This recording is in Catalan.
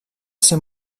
ser